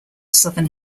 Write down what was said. southern